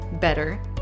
better